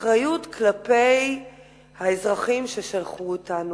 אחריות כלפי האזרחים ששלחו אותנו.